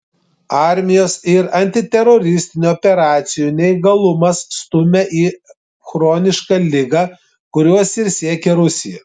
armijos ir antiteroristinių operacijų neįgalumas stumia į chronišką ligą kurios ir siekia rusija